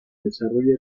desarrollo